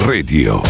Radio